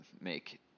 make